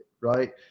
right